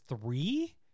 three